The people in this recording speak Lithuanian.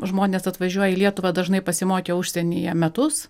žmonės atvažiuoja į lietuvą dažnai pasimokę užsienyje metus